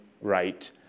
right